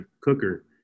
cooker